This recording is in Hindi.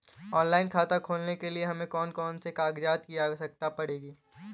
ऑनलाइन खाता खोलने के लिए हमें कौन कौन से कागजात की आवश्यकता होती है?